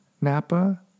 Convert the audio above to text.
Napa